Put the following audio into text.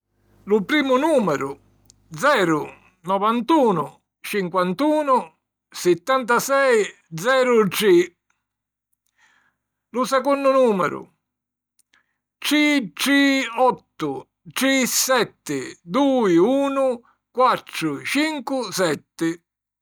Lu primu nùmeru: zeru novantunu cinquantunu sittantasei zeru tri. Lu secunnu nùmeru: tri tri ottu tri setti dui unu quattru cincu setti.